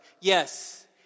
Yes